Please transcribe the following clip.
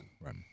right